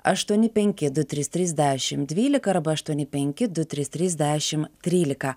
aštuoni penki du trys trys dešim dvylika arba aštuoni penki du trys trys dešim trylika